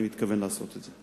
ואני מתכוון לעשות את זה.